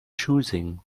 choosing